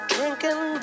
Drinking